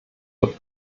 wird